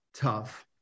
tough